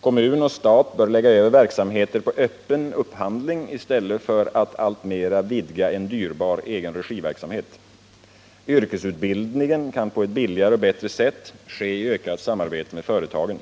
Kommun och stat bör lägga över verksamheter på öppen upphandling i stället för att alltmera vidga en dyrbar egen-regi-verksamhet. Yrkesutbildningen kan på ett billigare och bättre sätt ske i ökat samarbete med företagen.